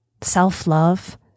self-love